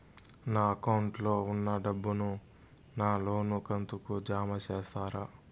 నా అకౌంట్ లో ఉన్న డబ్బును నా లోను కంతు కు జామ చేస్తారా?